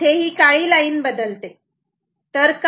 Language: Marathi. इथे ही काळी लाईन बदलते का